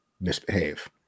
misbehave